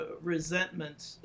resentment